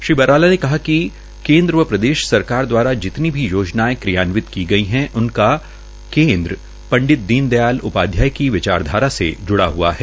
श्री बराला ने कहा कि केन्द्र व प्रदेश सरकार दवारा जितनी भी योजनायें क्रियानिवत की गई है उनका केन्द्र पंडित दीन दयाल उपाध्याय की विचारधारा से ज्ड़ा हुआ है